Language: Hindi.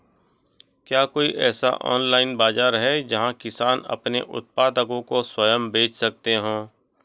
क्या कोई ऐसा ऑनलाइन बाज़ार है जहाँ किसान अपने उत्पादकों को स्वयं बेच सकते हों?